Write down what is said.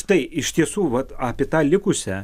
tai iš tiesų vat apie tą likusią